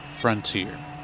Frontier